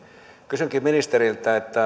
kysynkin ministeriltä